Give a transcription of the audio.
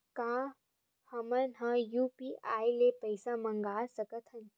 का हमन ह यू.पी.आई ले पईसा मंगा सकत हन?